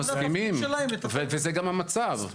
אנחנו מסכימים וזה גם המצב.